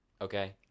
Okay